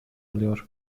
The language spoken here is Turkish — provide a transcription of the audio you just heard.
alıyor